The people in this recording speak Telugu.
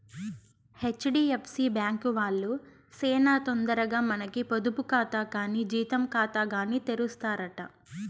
హెచ్.డి.ఎఫ్.సి బ్యాంకు వాల్లు సేనా తొందరగా మనకి పొదుపు కాతా కానీ జీతం కాతాగాని తెరుస్తారట